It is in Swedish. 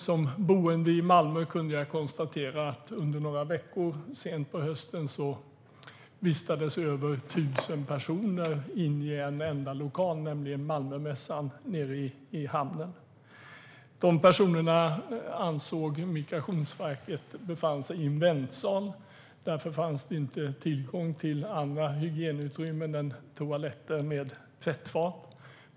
Som boende i Malmö kunde jag under några veckor sent på hösten konstatera att det vistades över 1 000 personer inne i en enda lokal, nämligen i Malmömässan nere i hamnen. Migrationsverket ansåg att dessa människor befann sig i en väntsal, så därför fanns det inte tillgång till andra hygienutrymmen än toaletter med tvättfat.